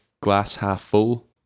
glass-half-full